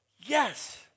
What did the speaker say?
Yes